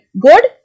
Good